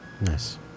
Nice